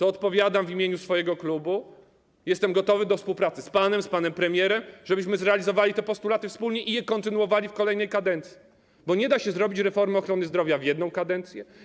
Odpowiadam w imieniu swojego klubu: jestem gotowy do współpracy z panem, z panem premierem, tak żebyśmy realizowali te postulaty wspólnie i kontynuowali ich realizację w kolejnej kadencji, bo nie da się zrobić reformy ochrony zdrowia w ciągu jednej kadencji.